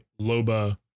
Loba